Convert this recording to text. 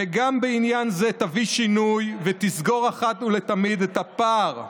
גם בעניין זה תביא שינוי ותסגור אחת ולתמיד את הפער,